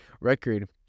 record